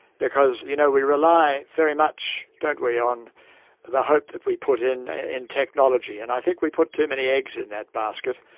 because, you know, we rely very much, don't we, on the hope that we put in in technology, and i think we put too many eggs in that basket.